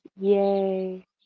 yay